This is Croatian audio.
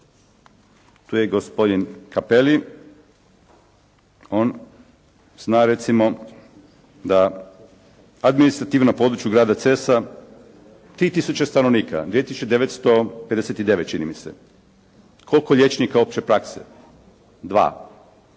tu je gospodin Kapeli, on zna recimo da administrativno područje gradu Cresa, 3 tisuće stanovnika, 2959, čini mi se, koliko liječnika opće prakse? Dva!